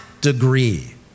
degree